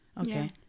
Okay